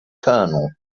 colonel